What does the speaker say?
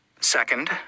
Second